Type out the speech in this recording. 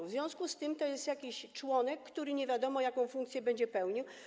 W związku z tym to jest jakiś członek, który nie wiadomo jaką funkcję będzie pełnił.